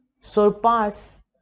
surpass